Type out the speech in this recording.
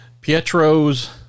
Pietro's